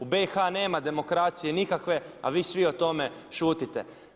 U BiH nema demokracije nikakve, a vi svi o tome šutite.